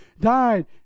died